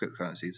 cryptocurrencies